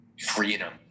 Freedom